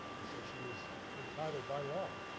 and so, she was entitled, by law,